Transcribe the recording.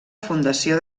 fundació